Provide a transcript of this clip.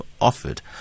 offered